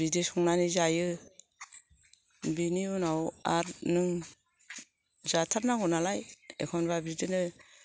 बिदि संनानै जायो बिनि उनाव आरो नों जाथारनांगौ नालाय एखम्बा बिदिनो